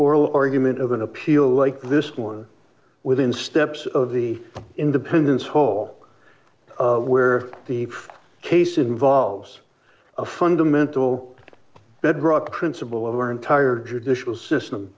oral argument of an appeal like this one within steps of the independence hall where the case involves a fundamental bedrock principle of our entire judicial system